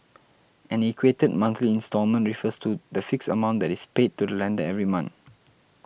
an equated monthly instalment refers to the fixed amount that is paid to the lender every month